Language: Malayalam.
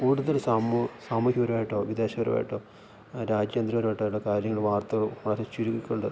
കൂടുതൽ സാമൂഹികപരമായിട്ടോ വിദേശപരമായിട്ടോ രാജ്യാന്തരപരമായിട്ടോ ഉള്ള കാര്യങ്ങള് വാർത്തകൾ വളരെ ചുരുക്കിക്കൊണ്ട്